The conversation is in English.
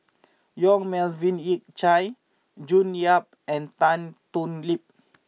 Yong Melvin Yik Chye June Yap and Tan Thoon Lip